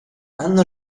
hanno